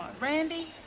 Randy